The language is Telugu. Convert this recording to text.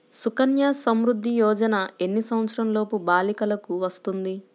సుకన్య సంవృధ్ది యోజన ఎన్ని సంవత్సరంలోపు బాలికలకు వస్తుంది?